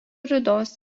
rudos